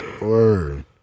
Word